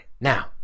now